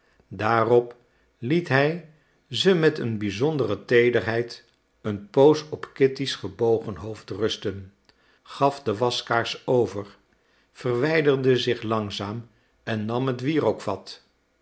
daarop liet hij ze met een bijzondere teederheid een poos op kitty's gebogen hoofd rusten gaf de waskaars over verwijderde zich langzaam en nam het wierookvat